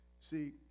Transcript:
See